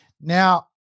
Now